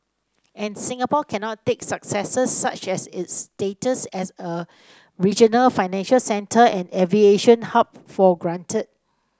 and Singapore cannot take successes such as its status as a regional financial center and aviation hub for granted